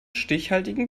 stichhaltigen